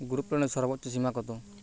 গ্রুপলোনের সর্বোচ্চ সীমা কত?